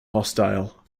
hostile